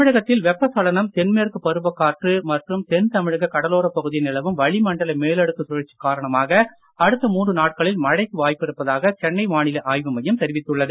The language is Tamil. தமிழகத்தில் வெப்பச்சலனம் தென்மேற்கு பருவக்காற்று மற்றும் தென் தமிழக கடலோரப் பகுதியில் நிலவும் வளிமண்டல மேலடுக்கு சுழற்சி காரணமாக அடுத்த வாய்ப்பிருப்பதாக சென்னை வானிலை ஆய்வு மையம் தெரிவித்துள்ளது